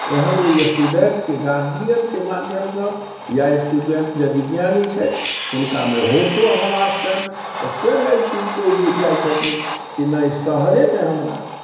एहन ओहि स्टुडेंटके गार्जियनके माध्यमसँ या स्टूडेन्ट यदि ज्ञानी छथि हुनकामे होशो हवास छनि तऽ स्वयं एहि चीजकेँ ओ बुझि जाइत छथिन कि नहि शहरेमे हमरा